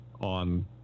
on